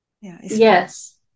Yes